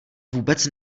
vůbec